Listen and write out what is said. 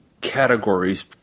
categories